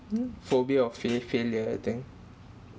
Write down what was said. mm phobia of fail~ failure I think